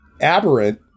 aberrant